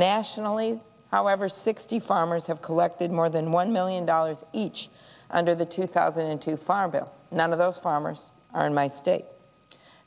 nationally however sixty farmers have collected more than one million dollars each under the two thousand and two farm bill none of those farmers are in my state